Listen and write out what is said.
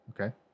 Okay